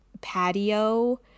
patio